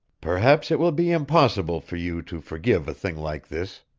perhaps it will be impossible for you to forgive a thing like this.